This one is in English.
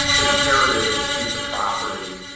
inherited a piece of property